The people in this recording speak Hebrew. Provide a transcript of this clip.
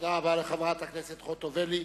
תודה רבה לחברת הכנסת חוטובלי.